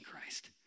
Christ